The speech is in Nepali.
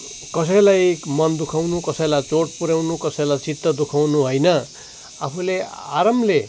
कसैलाई मन दुखाउनु कसैलाई चोट पुर्यउनु कसैलाई चित्त दुखाउनु होइन आफुले आरामले